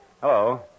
Hello